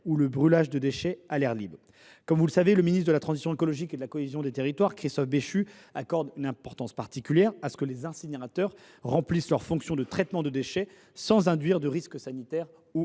ou les brûlages de déchets à l’air libre. Ainsi que vous le savez, le ministre de la transition écologique et de la cohésion des territoires, Christophe Béchu, accorde une importance particulière à ce que les incinérateurs remplissent leurs fonctions de traitement de déchets sans induire de risque sanitaire ou